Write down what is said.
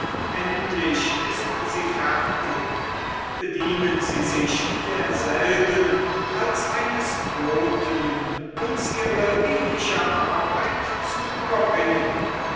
endlich ist sie fertig bedienen sie sich derselben als eines boten uns ihre liebliche arbeit zu überbringen